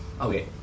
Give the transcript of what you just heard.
Okay